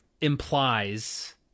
implies